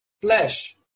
flesh